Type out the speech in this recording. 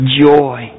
joy